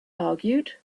argued